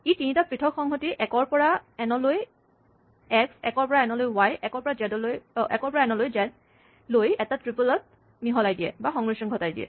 ই তিনিটা পৃথক সংহতি ১ ৰ পৰা এন লৈ এক্স ১ ৰ পৰা এন লৈ ৱাই ১ ৰ পৰা এন লৈ জেড লৈ এটা ট্ৰিপল ত মিহলাই দিয়ে